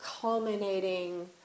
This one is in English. culminating